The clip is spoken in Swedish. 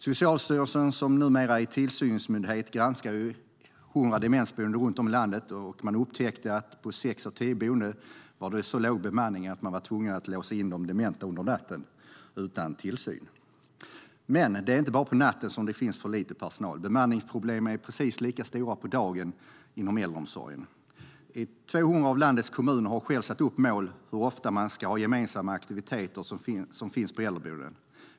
Socialstyrelsen, som numera är tillsynsmyndighet, granskade hundra demensboenden runt om i landet. Man upptäckte att på sex av tio boenden var det så låg bemanning att man var tvungen att låsa in de dementa under natten utan tillsyn. Men det är inte bara på natten som det finns för lite personal. Bemanningsproblemen är precis lika stora på dagen inom äldreomsorgen. 200 av landets kommuner har själva satt upp mål för hur ofta gemensamma aktiviteter ska finnas på äldreboendena.